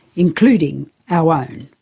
including our own.